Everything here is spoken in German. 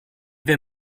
wir